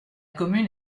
commune